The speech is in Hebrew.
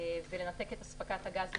ולנתק את אספקת הגז למתקן.